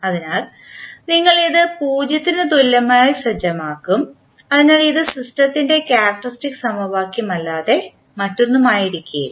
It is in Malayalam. അതിനാൽ നിങ്ങൾ ഇത് 0 ന് തുല്യമായി സജ്ജമാക്കും അതിനാൽ ഇത് സിസ്റ്റത്തിൻറെ ക്യാരക്ക്റ്ററിസ്റ്റിക് സമവാക്യം അല്ലാതെ മറ്റൊന്നുമായിരിക്കില്ല